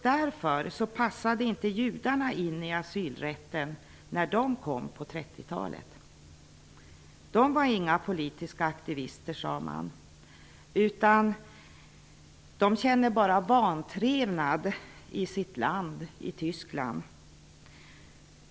Därför passade judarna inte in i asylrätten när de kom på 1930-talet. De var inte politiska aktivister, sade man, utan ''de känner bara vantrevnad i sitt land Tyskland''.